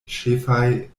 ĉefaj